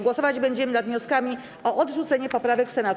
Głosować będziemy nad wnioskami o odrzucenie poprawek Senatu.